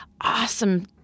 awesome